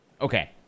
Okay